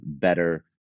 better